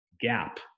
gap